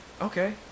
okay